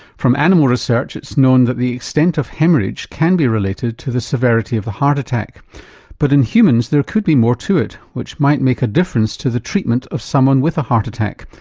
from animal research it's known that the extent of haemorrhage can be related to the severity of a heart attack but in humans there could be more to it which might make a difference to the treatment of someone with a heart attack.